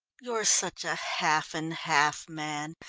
you're such a half-and-half man,